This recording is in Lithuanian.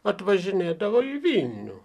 atvažinėdavo į vilnių